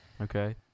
Okay